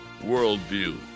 worldview